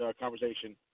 conversation